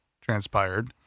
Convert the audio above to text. transpired